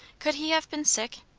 could he have been sick?